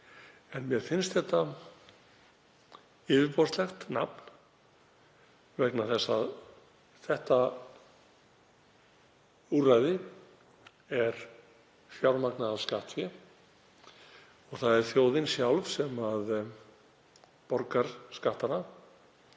í. Mér finnst ferðagjöf yfirborðslegt nafn vegna þess að þetta úrræði er fjármagnað af skattfé. Það er þjóðin sjálf sem borgar skattana